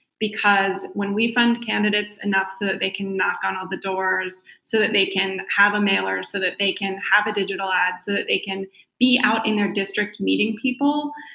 because when we fund candidates enough so that they can knock on all the doors so that they can have a mailer, so that they can have a digital ad, so that they can be out in their district meeting meeting people,